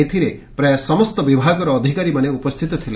ଏଥିରେ ପ୍ରାୟ ସମସ୍ତ ବିଭାଗର ଅଧିକାରୀମାନେ ଉପସ୍ଥିତ ଥିଲେ